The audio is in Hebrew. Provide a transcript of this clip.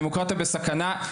דמוקרטיה בסכנה,